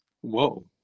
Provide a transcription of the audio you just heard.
whoa